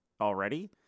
already